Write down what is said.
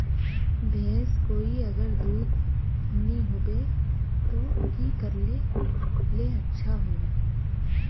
भैंस कोई अगर दूध नि होबे तो की करले ले अच्छा होवे?